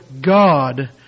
God